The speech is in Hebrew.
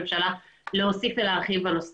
ראש